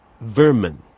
vermin